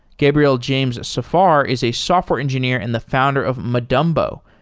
gabriel-james safar is a software engineer and the founder of madumbo,